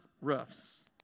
roofs